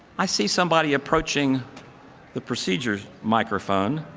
i see somebody approaching the procedures microphone,